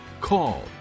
call